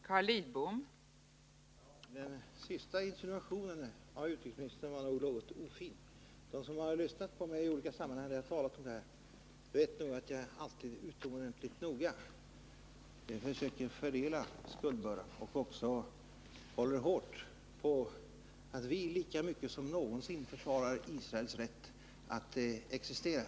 Fru talman! Den senaste insinuationen av utrikesministern var något ofin. De som har lyssnat på mig i olika sammanhang när jag talat om Mellanöstern vet nog att jag alltid är utomordentligt noga när jag försöker fördela skuldbördan och att jag också håller hårt på att vi nu lika mycket som någonsin försvarar Israels rätt att existera.